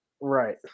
right